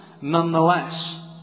nonetheless